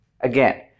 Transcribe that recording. again